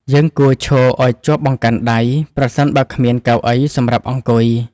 យើងគួរឈរឱ្យជាប់បង្កាន់ដៃ ប្រសិនបើគ្មានកៅអីសម្រាប់អង្គុយ។